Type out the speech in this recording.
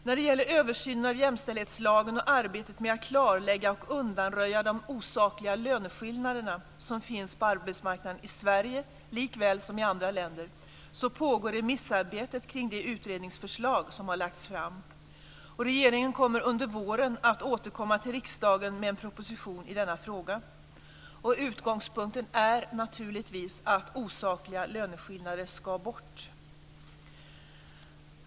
När det gäller översynen av jämställdhetslagen och arbetet med att klarlägga och undanröja de osakliga löneskillnader som finns på arbetsmarknaden i Sverige likväl som i andra länder pågår remissarbete kring det utredningsförslag som har lagts fram. Regeringen återkommer under våren till riksdagen med en proposition i denna fråga. Utgångspunkten är naturligtvis att osakliga löneskillnader ska bort.